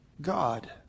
God